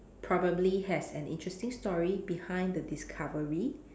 probably has an interesting story behind the discovery